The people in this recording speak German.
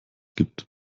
gibt